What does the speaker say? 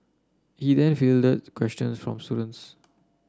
he then fielded questions from students